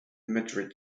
madrid